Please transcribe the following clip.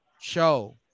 show